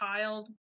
child